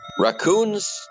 raccoons